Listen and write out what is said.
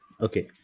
Okay